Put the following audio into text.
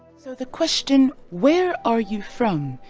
so the question where are you from?